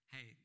Hey